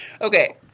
Okay